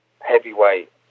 heavyweight